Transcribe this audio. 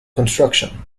construction